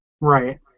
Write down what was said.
Right